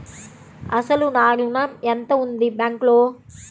అసలు నా ఋణం ఎంతవుంది బ్యాంక్లో?